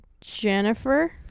Jennifer